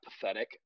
pathetic